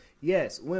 yes